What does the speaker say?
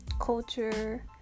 culture